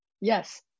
Yes